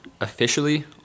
officially